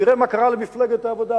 תראה מה קרה למפלגת העבודה,